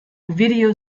video